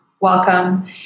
welcome